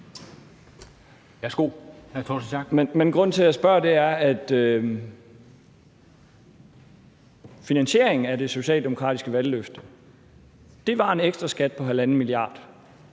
grunden til, at jeg spørger, er, at finansieringen af det socialdemokratiske valgløfte var en ekstra skat på 1½ mia.